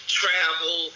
travel